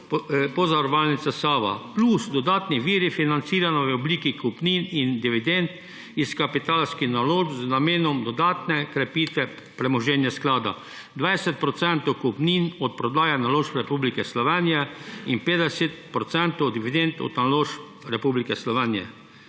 Pozavarovalnica Sava, plus dodatni viri financiranja v obliki kupnin in dividend iz kapitalskih naložb z namenom dodatne krepitve premoženja sklada, 20 % kupnin od prodaje naložb Republike Slovenije in 50 % dividend od naložb Republike Slovenije.